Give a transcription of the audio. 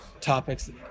topics